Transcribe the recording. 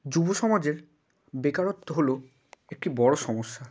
যুবসমাজে বেকারত্ব হলো একটি বড়ো সমস্যা